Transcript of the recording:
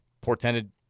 portended –